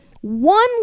One